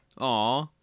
Aw